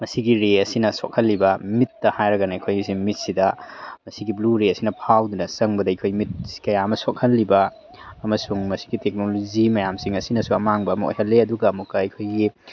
ꯃꯁꯤꯒꯤ ꯔꯦ ꯑꯁꯤꯅ ꯁꯣꯛꯍꯜꯂꯤꯕ ꯃꯤꯠꯇ ꯍꯥꯏꯔꯒꯅ ꯑꯩꯈꯣꯏꯒꯤ ꯁꯦ ꯃꯤꯠꯁꯤꯗ ꯃꯁꯤꯒꯤ ꯕ꯭ꯂꯨ ꯔꯦꯁꯤꯅ ꯐꯥꯎꯗꯨꯅ ꯆꯪꯕꯗ ꯑꯩꯈꯣꯏ ꯃꯤꯠ ꯀꯌꯥ ꯑꯃ ꯁꯣꯛꯍꯜꯂꯤꯕ ꯑꯃꯁꯨꯡ ꯃꯁꯤꯒꯤ ꯇꯦꯛꯅꯣꯂꯣꯖꯤ ꯃꯌꯥꯝꯁꯤꯡ ꯑꯁꯤꯅꯁꯨ ꯑꯃꯥꯡꯕ ꯑꯃ ꯑꯣꯏꯍꯜꯂꯤ ꯑꯗꯨꯒ ꯑꯃꯨꯛꯀ ꯑꯩꯈꯣꯏꯒꯤ